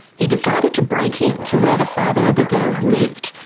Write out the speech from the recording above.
he decided to break in to where the father of the girls lived,